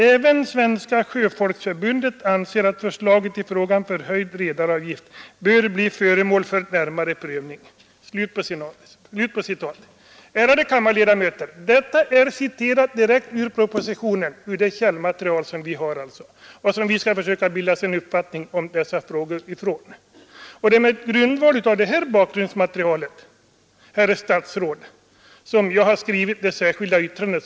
Även Svenska sjöfolksförbundet anser att förslaget i fråga om förhöjd redareavgift bör bli föremål för närmare prövning.” Ärade kammarledamöter! Detta är citerat direkt ur propositionen, alltså ur det källmaterial som vi har och på vilket vi skall försöka bilda oss en uppfattning i dessa frågor. Det är på grundval av detta bakgrundsmaterial, herr statsråd, som jag har skrivit det särskilda yttrandet.